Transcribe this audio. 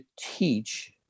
teach